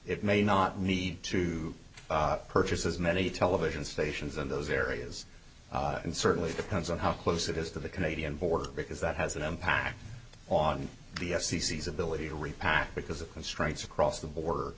it may not need to purchase as many television stations in those areas and certainly depends on how close it is to the canadian border because that has an impact on the f c c ability to repack because of constraints across the bord